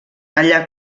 allà